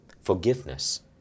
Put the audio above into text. forgiveness